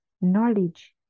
knowledge